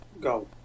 go